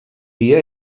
dia